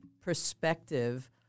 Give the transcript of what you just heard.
perspective